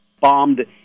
bombed